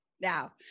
Now